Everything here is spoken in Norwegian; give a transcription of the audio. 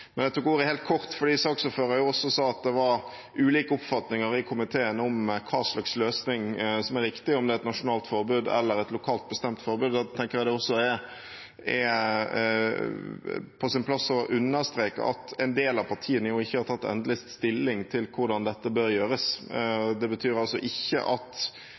Men bare helt kort: Saksordføreren sa også at det var ulike oppfatninger i komiteen om hva slags løsning som er riktig – om det er et nasjonalt forbud eller et lokalt bestemt forbud. Jeg tenker at det også er på sin plass å understreke at en del av partiene jo ikke har tatt endelig stilling til hvordan dette bør gjøres. Det betyr altså ikke at